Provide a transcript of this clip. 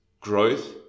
Growth